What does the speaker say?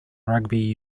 rugby